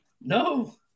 No